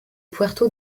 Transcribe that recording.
puerto